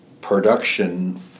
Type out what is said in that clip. production